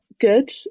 Good